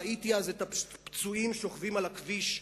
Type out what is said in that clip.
ראיתי אז את הפצועים שוכבים על הכביש,